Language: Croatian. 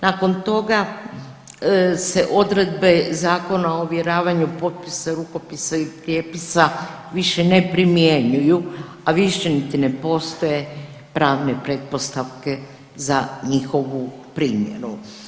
Nakon toga se odredbe zakona o ovjeravanju potpisa, rukopisa i prijepisa više ne primjenjuju, a više niti ne postoje pravne pretpostavke za njihovu primjenu.